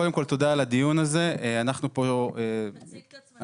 קודם כל תודה על הדיון החשוב הזה, גם לך,